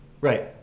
right